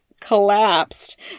collapsed